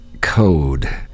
code